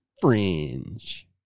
fringe